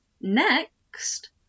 next